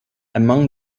among